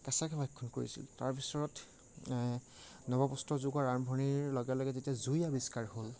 কেঁচাকৈ ভক্ষণ কৰিছিল তাৰপিছত নৱপ্ৰস্তৰ যুগৰ আৰম্ভণিৰ লগে লগে যেতিয়া জুই আৱিষ্কাৰ হ'ল